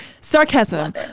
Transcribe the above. Sarcasm